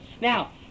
Now